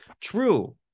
True